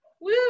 woo